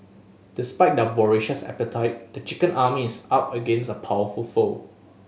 despite their voracious appetite the chicken army is up against a powerful foe